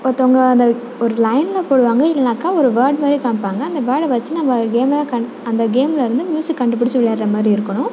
ஒருத்தவங்க அந்த ஒரு லைனில் போடுவாங்க இல்லைனாக்கா ஒரு வேர்ட் மாதிரி காமிப்பாங்க அந்த வேர்டை வெச்சு நம்ம கேமை கண் அந்த கேமில் இருந்து மியூசிக் கண்டுபிடிச்சி விளையாடுற மாதிரி இருக்கணும்